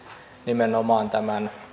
nimenomaan tämän